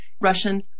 Russian